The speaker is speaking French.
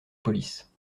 police